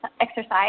exercise